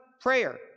prayer